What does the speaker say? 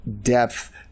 depth